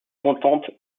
contente